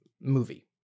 movie